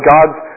God's